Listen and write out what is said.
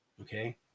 okay